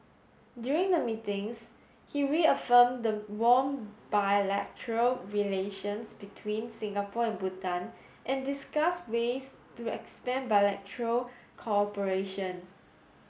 during the meetings he reaffirmed the warm bilateral relations between Singapore and Bhutan and discussed ways to expand bilateral cooperation